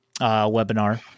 webinar